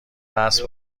وصل